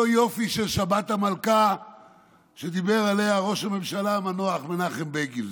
אותו יופי של שבת המלכה שדיבר עליה ראש הממשלה המנוח מנחם בגין,